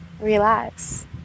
relax